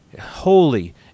holy